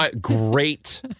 Great